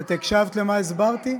אתה מכחיש שאתה אמרת,